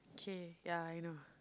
K ya I know